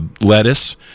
lettuce